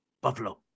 Buffalo